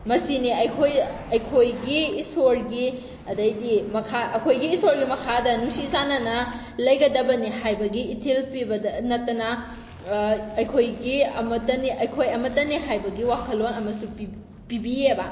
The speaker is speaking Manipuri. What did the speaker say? ꯃꯁꯤꯅꯤ ꯑꯩꯈꯣꯏ ꯑꯩꯈꯣꯏꯒꯤ ꯏꯁꯣꯔꯒꯤ ꯑꯗꯩꯗꯤ ꯃꯈꯥ ꯑꯩꯈꯣꯏꯒꯤ ꯏꯁꯣꯔꯒꯤ ꯃꯈꯥꯗ ꯅꯨꯡꯁꯤ ꯆꯥꯟꯅꯅ ꯂꯩꯒꯗꯕꯅꯦ ꯍꯥꯏꯕꯒꯤ ꯏꯊꯤꯜ ꯄꯤꯕꯗ ꯅꯠꯇꯅ ꯑꯩꯈꯣꯏꯒꯤ ꯑꯃꯠꯇꯅꯤ ꯑꯩꯈꯣꯏ ꯑꯃꯠꯇꯅꯤ ꯍꯥꯏꯕꯒꯤ ꯋꯥꯈꯜꯂꯣꯟ ꯑꯃꯁꯨ ꯄꯤꯕꯤꯌꯦꯕ